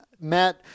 Matt